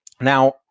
Now